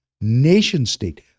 nation-state